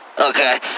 okay